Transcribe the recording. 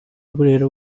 burera